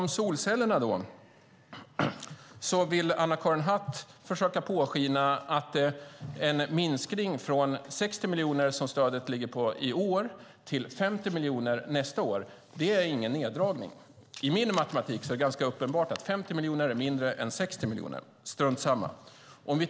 När det gäller solcellerna vill Anna-Karin Hatt försöka påskina att en minskning från 60 miljoner, som stödet ligger på i år, till 50 miljoner nästa år inte är någon neddragning. I min matematik är det ganska uppenbart att 50 miljoner är mindre än 60 miljoner. Men strunt samma!